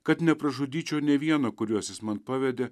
kad nepražudyčiau nė vieno kuriuos jis man pavedė